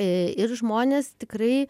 ir žmonės tikrai